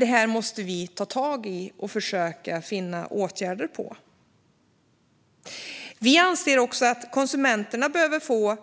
Detta måste vi ta tag i och försöka finna lämpliga åtgärder att vidta. Moderaterna anser att konsumenterna behöver få